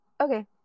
okay